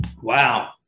Wow